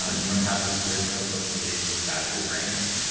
ah you don't have this weird thing called social media because it's bad for your brain.